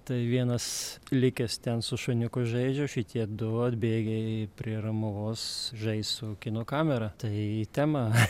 tai vienas likęs ten su šuniuku žaidžia šitie du atbėgę į prie romuvos žais su kino kamera tai į temą